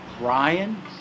Ryan